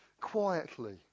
quietly